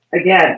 again